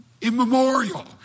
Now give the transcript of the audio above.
immemorial